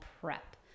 prep